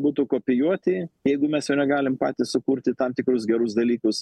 būtų kopijuoti jeigu mes jo negalim patys sukurti tam tikrus gerus dalykus